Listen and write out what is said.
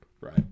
Right